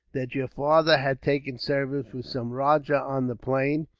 that your father had taken service with some rajah on the plain,